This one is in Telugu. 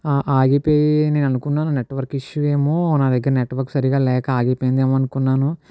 ఆగిపోయి నేను అనుకున్నాను నెట్వర్క్ ఇష్యు ఏమో నా దగ్గర నెట్వర్క్ సరిగా లేక ఆగిపోయిందేమో అనుకున్నాను